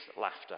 laughter